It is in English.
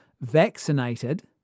vaccinated